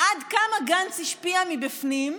עד כמה גנץ השפיע מבפנים?